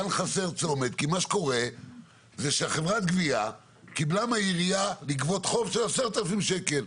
כי מה שקורה זה שחברת הגבייה קיבלה מהעירייה לגבות חוב של 10,000 שקל,